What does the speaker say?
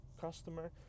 customer